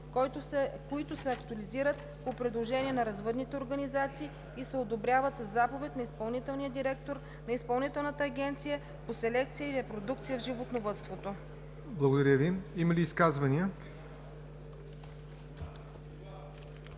които се актуализират по предложение на развъдните организации и се одобряват със заповед на изпълнителния директор на Изпълнителната агенция по селекция и репродукция в животновъдството.“ ПРЕДСЕДАТЕЛ ЯВОР НОТЕВ: Има ли изказвания?